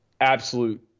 absolute